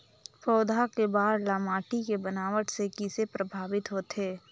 पौधा के बाढ़ ल माटी के बनावट से किसे प्रभावित होथे?